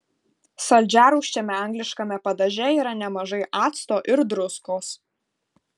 saldžiarūgščiame angliškame padaže yra nemažai acto ir druskos